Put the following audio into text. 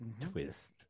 Twist